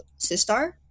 Sistar